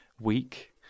week